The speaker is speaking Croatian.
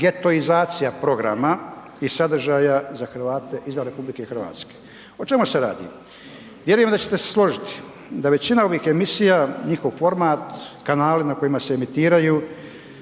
getoizacija programa i sadržaja za Hrvate izvan RH. O čemu se radi? Vjerujem da ćete se složiti da većina ovih emisija, njihov format, kanali na kojima se emitiraju